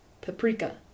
Paprika